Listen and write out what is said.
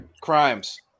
Crimes